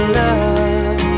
love